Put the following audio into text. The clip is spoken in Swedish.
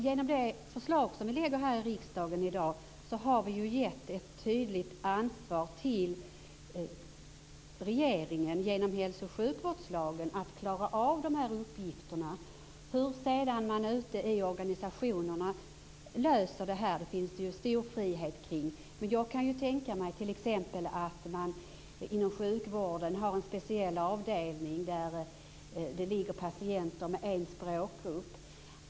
Genom det förslag som har lagts fram i riksdagen i dag har ett tydligt ansvar givits till regeringen att med hjälp av hälso och sjukvårdslagen klara av dessa uppgifter. Det finns sedan stor frihet för organisationerna att lösa problemen. Jag kan tänka mig att det inom sjukvården finns en speciell avdelning för patienter från en viss språkgrupp.